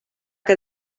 que